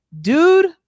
Dude